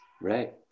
Right